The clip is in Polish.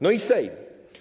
No i Sejm.